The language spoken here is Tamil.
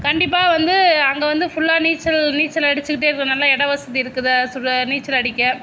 கண்டிப்பாக வந்து அங்கே வந்து ஃபுல்லாக நீச்சல் நீச்சல் அடிச்சிக்கிட்டே இருக்க நல்ல இடம் வசதி இருக்குது நீச்சல் அடிக்க